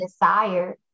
desire